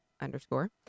underscore